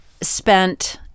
spent